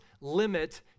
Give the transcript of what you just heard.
limit